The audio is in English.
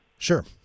Sure